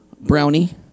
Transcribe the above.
Brownie